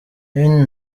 nibindi